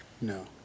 No